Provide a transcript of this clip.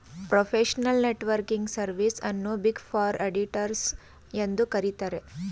professional networking service ಅನ್ನು big four auditors ಎಂದು ಕರಿತರೆ